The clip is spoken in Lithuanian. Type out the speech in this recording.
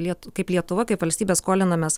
liet kaip lietuva kaip valstybė skolinamės